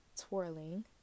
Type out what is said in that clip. twirling